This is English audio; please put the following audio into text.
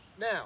now